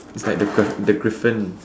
its like the gray griffon